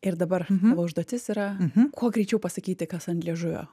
ir dabar užduotis yra kuo greičiau pasakyti kas ant liežuvio